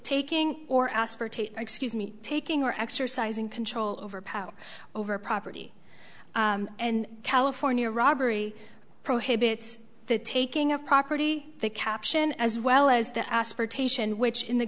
taking or aspartate excuse me taking or exercising control over power over property and california robbery prohibits the taking of property the caption as well as the asportation which in the